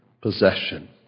possession